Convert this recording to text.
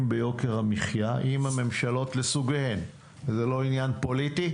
ביוקר המחיה עם הממשלות לסוגיהן זה לא עניין פוליטי.